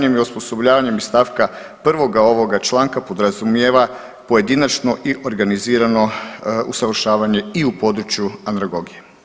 i osposobljavanjem iz stavka 1. ovoga članka podrazumijeva pojedinačno i organizirano usavršavanje i u području andragogije.